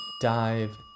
dive